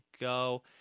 go